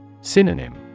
Synonym